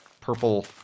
purple